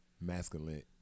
masculine